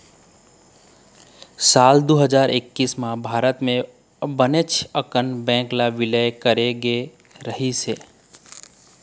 साल दू हजार एक्कइस म भारत म बनेच अकन बेंक ल बिलय करे गे रहिस हे